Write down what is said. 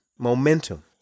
Momentum